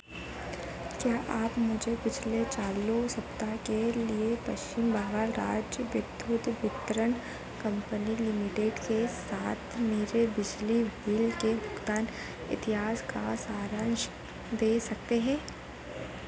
क्या आप मुझे पिछले चालू सप्ताह के लिए पश्चिम बंगाल राज्य विद्युत वितरण कंपनी लिमिटेड के साथ मेरे बिजली बिल के भुगतान इतिहास का सारांश दे सकते हैं